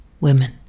women